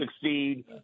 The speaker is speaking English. succeed